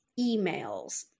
emails